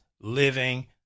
Living